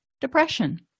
depression